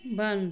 बंद